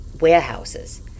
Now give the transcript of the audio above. warehouses